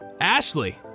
Ashley